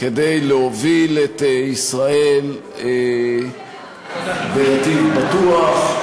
כדי להוביל את ישראל בנתיב בטוח,